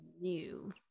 New